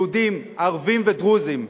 יהודים, ערבים ודרוזים,